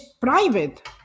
private